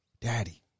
Daddy